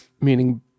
meaning